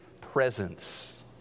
presence